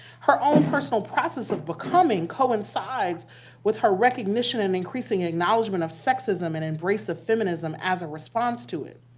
her own personal process of becoming coincides with her recognition and increasing acknowledgement of sexism and embrace of feminism as a response to it.